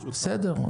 בסדר,